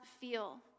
feel